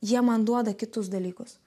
jie man duoda kitus dalykus